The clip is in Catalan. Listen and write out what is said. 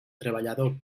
treballador